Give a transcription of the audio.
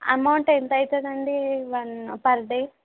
amount ఎంతవుతుందండి one per day